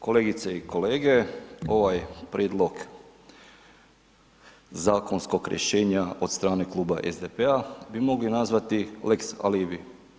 Kolegice i kolege ovaj prijedlog zakonskog rješenja od strane Kluba SDP-a bi mogli nazvati lex alibi.